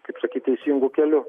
kaip sakyt teisingu keliu